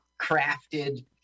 crafted